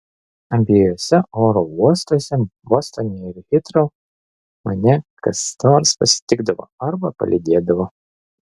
abiejuose oro uostuose bostone ir hitrou mane kas nors pasitikdavo arba palydėdavo